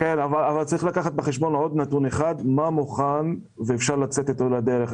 צריך לקחת בחשבון עוד נתון אחד והוא מה מוכן ואפשר לצאת אתו לדרך.